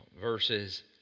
verses